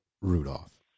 Rudolph